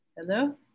Hello